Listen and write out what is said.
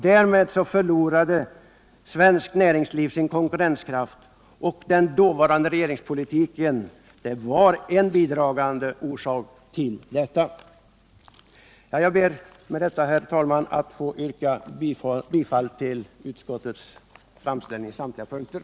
Därmed förlorade svenskt näringsliv sin konkurrenskraft, och den dåvarande regeringens politik var en bidragande orsak till detta. Jag ber, herr talman, att med detta få yrka bifall till utskottets hemställan på samtliga punkter.